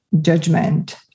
judgment